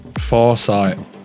foresight